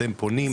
אתם פונים,